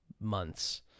months